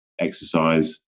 exercise